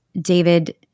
David